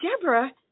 Deborah